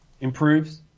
improves